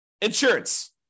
insurance